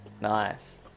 Nice